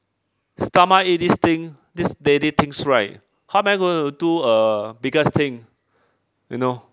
stomach it this thing these daily things right how am I going to do a biggest thing you know